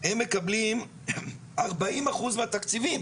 הם מקבלים ארבעים אחוז מהתקציבים.